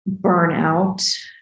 burnout